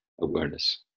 awareness